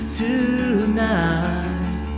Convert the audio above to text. tonight